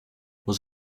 was